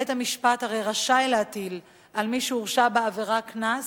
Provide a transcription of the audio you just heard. בית-המשפט הרי רשאי להטיל על מי שהורשע בעבירה קנס